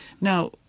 Now